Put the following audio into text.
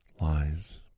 lies